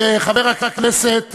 חבר הכנסת